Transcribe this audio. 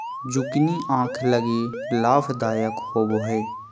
zucchini आंख लगी लाभदायक होबो हइ